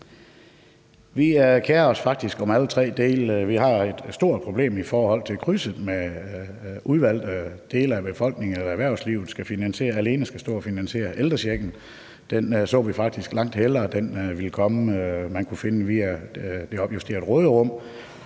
Vi kerer os faktisk om alle tre dele. Vi har et stort problem med krydset, i forhold til at udvalgte dele af befolkningen eller erhvervslivet alene skal finansiere ældrechecken. Vi så faktisk langt hellere, at man kunne finde det via det opjusterede råderum.